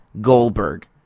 Goldberg